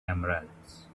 emeralds